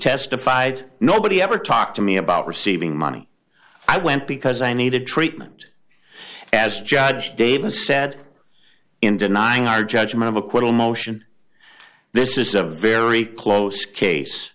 testified nobody ever talked to me about receiving money i went because i needed treatment as judge davis said in denying our judgment of acquittal motion this is a very close case